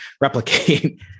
replicate